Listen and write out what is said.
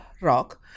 Rock